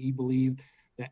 he believed